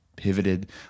pivoted